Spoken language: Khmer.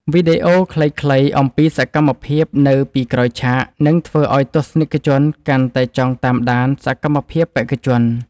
វីដេអូខ្លីៗអំពីសកម្មភាពនៅពីក្រោយឆាកនឹងធ្វើឱ្យទស្សនិកជនកាន់តែចង់តាមដានសកម្មភាពបេក្ខជន។